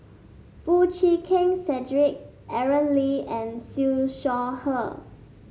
Foo Chee Keng Cedric Aaron Lee and Siew Shaw Her